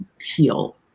heal